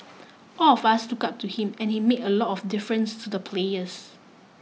all of us look up to him and he made a lot of difference to the players